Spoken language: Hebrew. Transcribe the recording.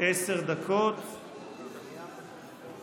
עשר דקות לרשותך.